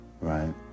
right